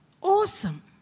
Awesome